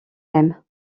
même